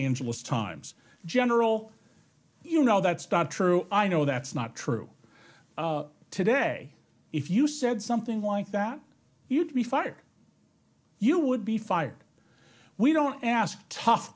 angeles times general you know that's not true i know that's not true today if you said something like that you'd be fired you would be fired we don't ask tough